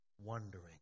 wondering